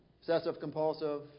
obsessive-compulsive